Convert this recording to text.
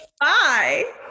Bye